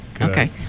Okay